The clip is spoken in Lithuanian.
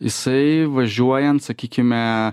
jisai važiuojant sakykime